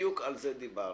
בדיוק על זה דיברנו.